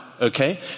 Okay